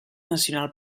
nacional